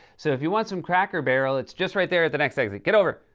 so, if you want some cracker barrel, it's just right there at the next exit. get over.